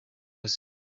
isura